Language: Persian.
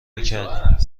میکردم